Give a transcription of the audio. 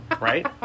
right